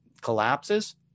collapses